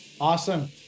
Awesome